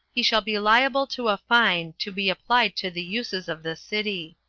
he shall be liable to a fine, to be applied to the uses of the city.